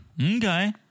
Okay